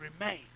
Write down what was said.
remain